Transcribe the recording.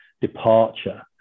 departure